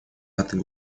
пятый